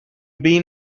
been